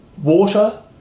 Water